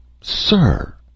Sir